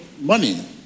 money